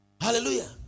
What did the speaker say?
hallelujah